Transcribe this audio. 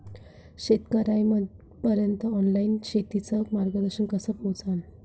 शेतकर्याइपर्यंत ऑनलाईन शेतीचं मार्गदर्शन कस पोहोचन?